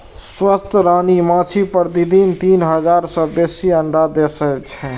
स्वस्थ रानी माछी प्रतिदिन तीन हजार सं बेसी अंडा दै छै